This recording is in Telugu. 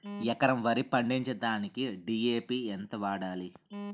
ఎకరం వరి పండించటానికి డి.ఎ.పి ఎంత వాడాలి?